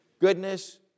goodness